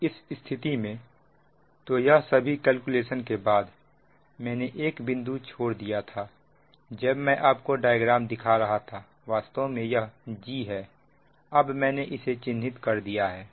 तो इस स्थिति में तो यह सभी गणना ने एक बिंदु छोड़ दिया था जब मैं आपको डायग्राम दिखा रहा था वास्तव में यह g है अब मैंने इसे चिन्हित कर दिया है